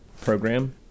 program